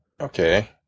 okay